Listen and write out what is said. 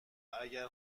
اگر